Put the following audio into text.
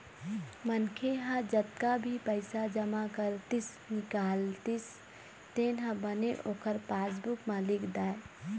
मनखे ह जतका भी पइसा जमा करतिस, निकालतिस तेन ह बने ओखर पासबूक म लिख दय